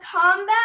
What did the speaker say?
combat